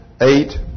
eight